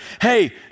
hey